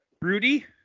rudy